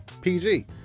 PG